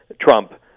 Trump